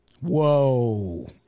Whoa